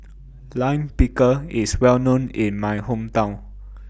Lime Pickle IS Well known in My Hometown